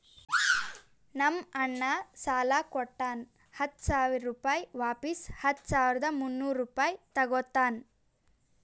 ನಮ್ ಅಣ್ಣಾ ಸಾಲಾ ಕೊಟ್ಟಾನ ಹತ್ತ ಸಾವಿರ ರುಪಾಯಿ ವಾಪಿಸ್ ಹತ್ತ ಸಾವಿರದ ಮುನ್ನೂರ್ ರುಪಾಯಿ ತಗೋತ್ತಾನ್